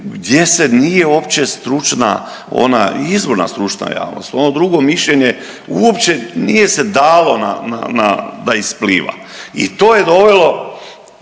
gdje se nije uopće stručna ona izvorna stručna javnost, ono drugo mišljenje nije se dalo na, na, da ispliva. I to je dovelo,